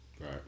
right